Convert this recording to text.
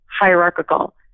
hierarchical